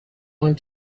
want